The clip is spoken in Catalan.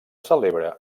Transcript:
celebra